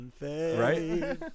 Right